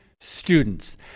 Students